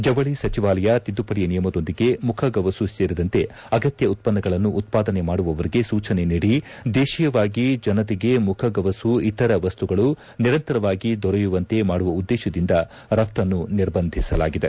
ಜವಳಿ ಸಚಿವಾಲಯ ತಿದ್ಲುಪಡಿ ನಿಯಮದೊಂದಿಗೆ ಮುಖಗವಸು ಸೇರಿದಂತೆ ಅಗತ್ತ ಉತ್ಪನ್ನಗಳನ್ನು ಉತ್ಪಾದನೆ ಮಾಡುವವರಿಗೆ ಸೂಚನೆ ನೀಡಿ ದೇಶೀಯವಾಗಿ ಜನತೆಗೆ ಮುಖಗವಸು ಇತರ ವಸ್ತುಗಳು ನಿರಂತರವಾಗಿ ದೊರೆಯುವಂತೆ ಮಾಡುವ ಉದ್ದೇಶದಿಂದ ರಫ್ತನ್ನು ನಿರ್ಬಂಧಿಸಲಾಗಿದೆ